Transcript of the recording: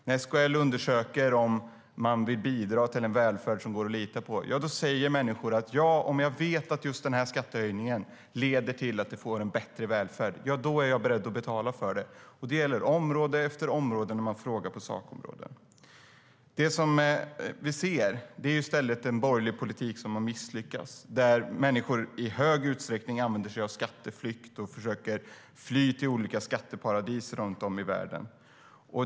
När SKL undersöker om människor vill bidra till en välfärd som går att lita på säger de: Ja, om jag vet att just den här skattehöjningen leder till att vi får en bättre välfärd är jag beredd att betala för det. Det gäller på område efter område när man frågar på sakområden. Det vi ser är i stället en borgerlig politik som har misslyckats där människor i hög utsträckning använder sig av skatteflykt och försöker fly till olika skatteparadis runt om i världen.